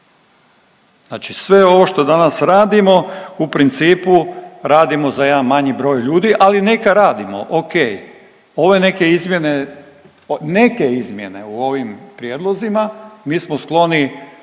Znači sve ovo to danas radimo u principu radimo za jedan manji broj ljudi. Ali neka radimo ok. Ove neke izmjene, neke izmjene u ovim prijedlozima mi smo skloni